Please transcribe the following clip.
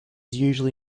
usually